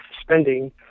spending